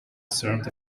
served